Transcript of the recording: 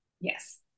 Yes